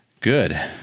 good